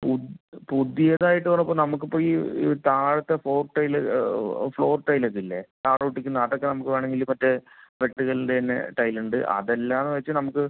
പു പുതിയതായിട്ട് പറയുമ്പോൾ നമുക്കിപ്പോൾ ഈ താഴത്തെ ഫ്ലോർ ടൈല് ഫ്ലോർ ടൈലൊക്കെ ഇല്ലേ താഴെ ഒട്ടിക്കുന്ന അതൊക്കെ നമുക്ക് വേണമെങ്കില് മറ്റേ വെട്ടുകല്ലിൻ്റെ തന്നെ ടൈലുണ്ട് അതല്ലാന്നു വെച്ചാൽ നമുക്ക്